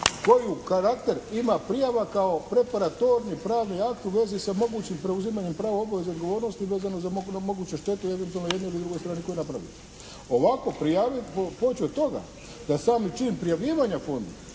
koji karakter ima prijava kao pretvaratorni pravni akt u vezi sa mogućim preuzimanjem prava, obaveza i odgovornosti vezano za moguću štetu eventualno jednoj ili drugoj strani koju je napravio. Ovako prijaviti pa poći od toga da sami čin prijavljivanja fondu